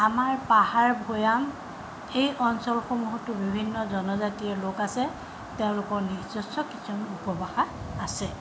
আমাৰ পাহাৰ ভৈয়াম এই অঞ্চলসমূহতো বিভিন্ন জনজাতীয় লোক আছে তেওঁলোকৰ নিজস্ব কিছুমান উপভাষা আছে